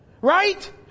Right